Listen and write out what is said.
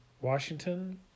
Washington